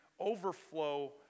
overflow